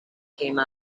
came